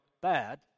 bad